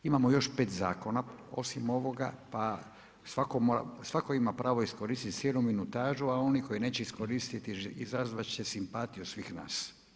Imamo još 5 zakona osim ovoga, pa svatko ima pravo iskoristiti … minutažu, a oni koji neće iskoristiti, izazivati će simpatiju svih nas.